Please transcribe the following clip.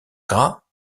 gras